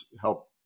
help